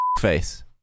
face